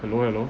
hello hello